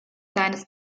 seines